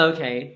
Okay